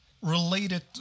Related